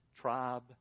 tribe